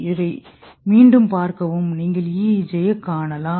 இதை மீண்டும் பார்க்கவும் நீங்கள் EEG ஐக் காணலாம்